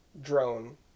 drone